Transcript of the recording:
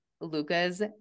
luca's